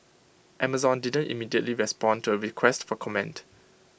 Amazon didn't immediately respond to A request for comment